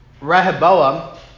Rehoboam